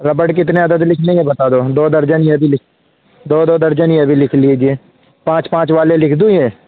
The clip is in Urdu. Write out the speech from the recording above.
ربڑ کتنے عدد لکھنے ہیں یہ بتا دو دو درجن یہ بھی لکھ دو دو درجن یہ بھی لکھ لیجیے پانچ پانچ والے لکھ دوں یہ